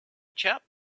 chap